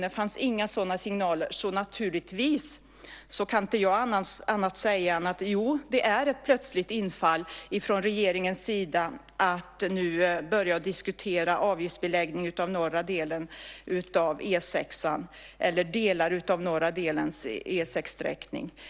Det fanns inga sådana signaler. Så naturligtvis kan jag inte säga annat än att det är ett plötsligt infall från regeringens sida att nu börja diskutera avgiftsbeläggning av norra delen av E 6:an eller delar av norra delens sträckning av E 6.